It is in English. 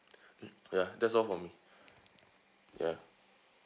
mm ya that's all for me ya